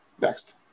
Next